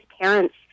parents